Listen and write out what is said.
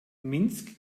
minsk